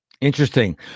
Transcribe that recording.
Interesting